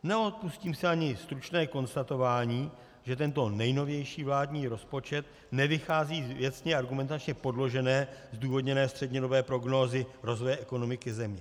Neodpustím si ani stručné konstatování, že tento nejnovější vládní rozpočet nevychází z věcně a argumentačně podložené, zdůvodněné střednědobé prognózy rozvoje ekonomiky země.